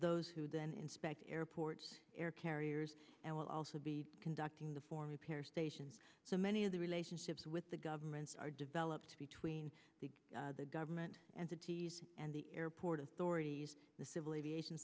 those who then inspect airports air carriers and will also be conducting the former para station so many of the relationships with the governments are developed between the government entities and the airport authorities the civil aviation